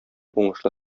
уңышлы